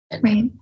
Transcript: Right